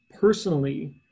personally